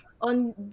on